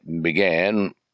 began